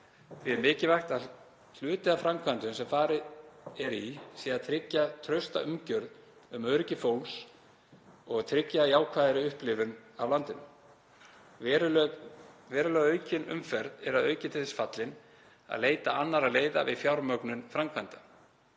Því er mikilvægt að hluti af framkvæmdum sem farið er í sé að tryggja trausta umgjörð um öryggi fólks og tryggja jákvæðari upplifun af landinu. Verulega aukin umferð er að auki til þess fallin að leita annarra leiða við fjármögnun framkvæmda,